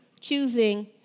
choosing